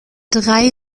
drei